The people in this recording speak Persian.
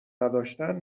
نداشتن